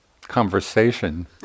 conversation